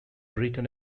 written